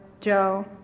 Joe